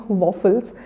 waffles